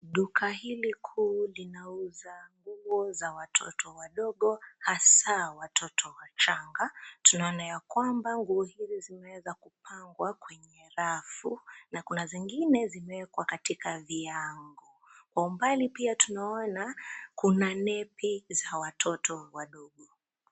Duka hili kuu linauza nguo za watoto wadogo hasa watoto wachanga, tunaona yakwamba nguo hizi zimeweza kupangwa kwenye rafu na kuna zingine zimeweza kuwekwa katika viango, kwa mbali pia tunaona kuna nepi za watoto wadogo.